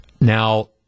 Now